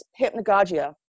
hypnagogia